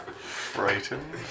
Frightened